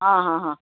ಆಂ ಹಾಂ ಹಾಂ